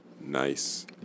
Nice